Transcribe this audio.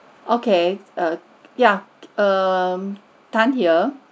okay err yeah um tan here